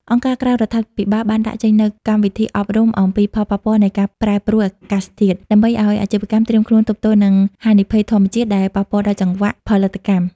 អង្គការក្រៅរដ្ឋាភិបាលបានដាក់ចេញនូវកម្មវិធីអប់រំអំពីផលប៉ះពាល់នៃការប្រែប្រួលអាកាសធាតុ ដើម្បីឱ្យអាជីវកម្មត្រៀមខ្លួនទប់ទល់នឹងហានិភ័យធម្មជាតិដែលប៉ះពាល់ដល់ចង្វាក់ផលិតកម្ម។